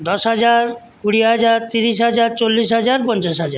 দশ হাজার কুড়ি হাজার তিরিশ হাজার চল্লিশ হাজার পঞ্চাশ হাজার